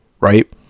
Right